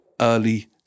early